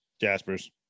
Jaspers